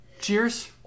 cheers